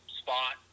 spot